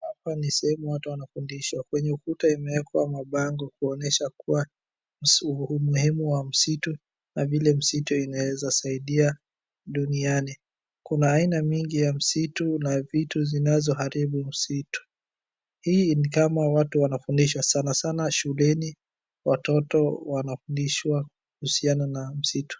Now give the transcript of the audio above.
Hapa ni sehemu watu wanafundishwa, kwenye ukuta imeekwa mabango kuonesha kuwa umuhimu wa msitu na vile msitu inaweza saidia duniani. Kuna aina mingi ya msitu na vitu zinazo haribu msitu. Hii ni kama watu wanafundishwa sanasana shuleni, watoto wanafundishwa kuhusiana na msitu.